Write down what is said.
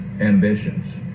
ambitions